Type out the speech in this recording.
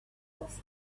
off